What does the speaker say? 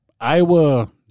Iowa